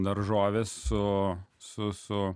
daržoves su su su